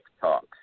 talk